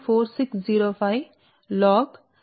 4605 log D కి సమానం కానీ కండక్టర్ యొక్క వ్యాసార్థం r 2